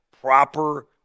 proper